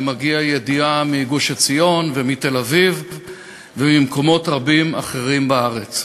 ומגיעה ידיעה מגוש-עציון ומתל-אביב וממקומות רבים אחרים בארץ.